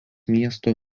miesto